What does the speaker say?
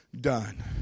done